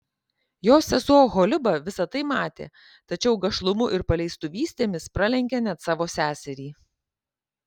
jos sesuo oholiba visa tai matė tačiau gašlumu ir paleistuvystėmis pralenkė net savo seserį